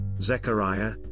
Zechariah